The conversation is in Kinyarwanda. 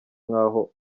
nk’aho